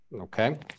okay